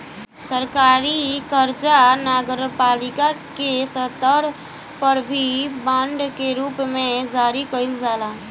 सरकारी कर्जा नगरपालिका के स्तर पर भी बांड के रूप में जारी कईल जाला